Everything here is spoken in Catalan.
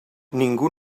ningú